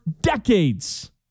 decades